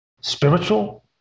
Spiritual